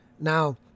Now